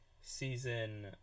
Season